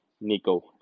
Nico